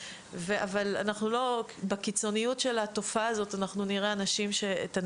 אבל בקיצונית של התופעה הזאת אנחנו נראה את הנרקיסיזם,